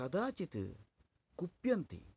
कदाचिद् कुप्यन्ति